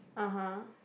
(uh huh)